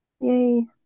Yay